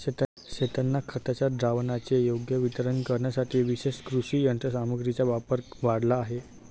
शेतांना खताच्या द्रावणाचे योग्य वितरण करण्यासाठी विशेष कृषी यंत्रसामग्रीचा वापर वाढला आहे